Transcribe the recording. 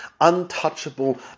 untouchable